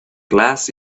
glass